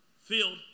field